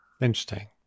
Interesting